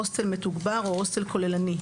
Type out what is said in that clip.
הוסטל מתוגבר או הוסטל כוללני,